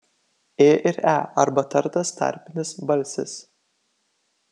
ė ir e arba tartas tarpinis balsis